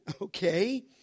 okay